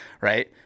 right